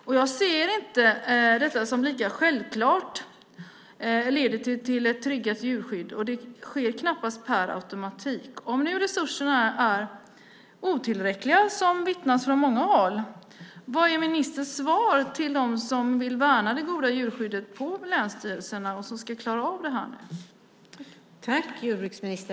Men jag ser inte att detta så självklart leder till ett tryggat djurskydd, och det sker knappast per automatik. Om nu resurserna är otillräckliga - som det från många håll vittnas om - vad är då ministerns svar till dem på länsstyrelserna som vill värna det goda djurskyddet och som ska klara av det här?